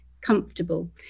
comfortable